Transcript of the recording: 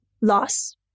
loss